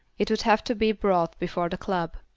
it would have to be brought before the club.